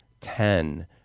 ten